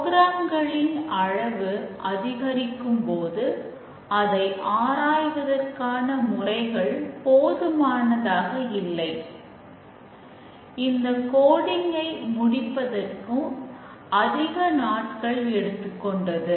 புரோகிராம்களின் முடிப்பதற்கு அதிக நாட்கள் எடுத்துக்கொண்டது